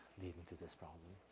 leading to this problem.